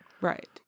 Right